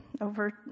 over